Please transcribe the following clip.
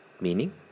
meaning